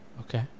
Okay